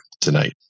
tonight